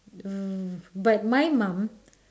uh but my mum